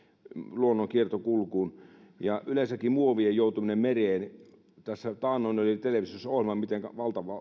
luonnon kiertokulkuun ja yleensäkin muovien joutuminen mereen tässä taannoin oli televisiossa ohjelma mitenkä